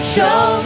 Show